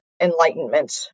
Enlightenment